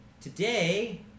Today